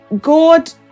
God